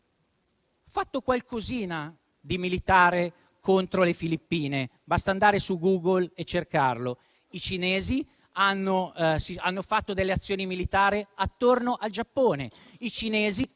fatto qualcosina di militare contro le Filippine: basta andare su Google e cercarlo. I cinesi hanno fatto delle azioni militari attorno al Giappone; i cinesi,